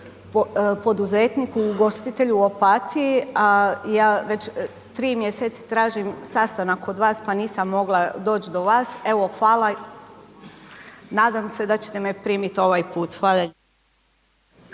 poduzetniku ugostitelju u Opatiji a ja već 3 mjeseci tražim sastanak kod vas pa nisam mogla doći do vas, evo hvala, nadam se da ćete me primiti ovaj put. Hvala